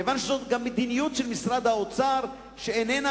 כיוון שזאת גם מדיניות של משרד האוצר שאיננה